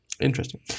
Interesting